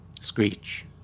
Screech